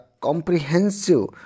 comprehensive